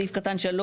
בסעיף קטן (3),